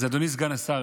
אז אדוני סגן השר,